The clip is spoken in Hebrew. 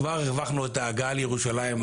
כבר הרווחנו את ההגעה לירושלים,